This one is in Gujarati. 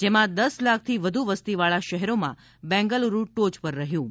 જેમાં દસ લાખથી વધુ વસતીવાળા શહેરોમાં બેંગલુરુ ટોચ પર રહ્યું છે